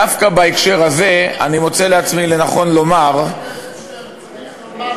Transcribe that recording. דווקא בהקשר הזה אני מוצא לנכון לומר, צריך לומר: